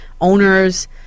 Owners